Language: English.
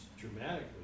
dramatically